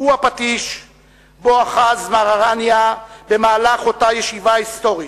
הוא הפטיש שבו אחז מר אראניה במהלך אותה ישיבה היסטורית.